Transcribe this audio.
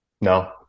No